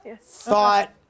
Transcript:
thought